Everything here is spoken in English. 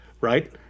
right